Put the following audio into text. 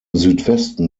südwesten